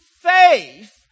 faith